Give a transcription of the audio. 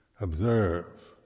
observe